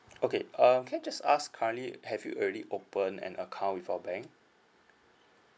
okay uh can I just ask currently have you already open an account with our bank